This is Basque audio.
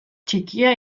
txikia